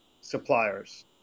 suppliers